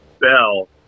bell